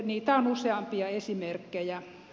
niitä on useampia esimerkkejä